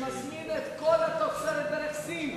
שמזמין את כל התוצרת דרך סין